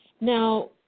Now